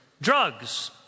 drugs